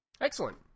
Excellent